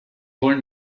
wollen